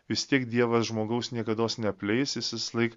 vis tiek dievas žmogaus niekados neapleis jis visąlaik